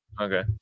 okay